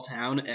Town